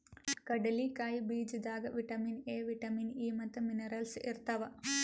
ಕಡ್ಲಿಕಾಯಿ ಬೀಜದಾಗ್ vitamin A, vitamin E ಮತ್ತ್ ಮಿನರಲ್ಸ್ ಇರ್ತವ್